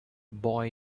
boy